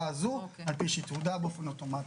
הזו על פי שיקול דעת באופן אוטומטי.